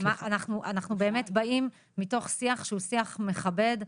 אנחנו באמת באים מתוך שיח שהוא שיח מכבד.